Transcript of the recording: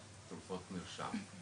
ותרופות מרשם.